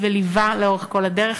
וליווה לכל אורך הדרך.